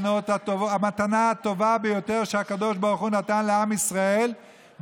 המתנה הטובה ביותר שהקדוש ברוך הוא נתן לעם ישראל,